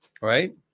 right